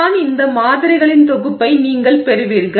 எனவே இப்படி தான் இந்த மாதிரிகளின் தொகுப்பை நீங்கள் பெறுவீர்கள்